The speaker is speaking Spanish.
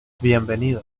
bienvenido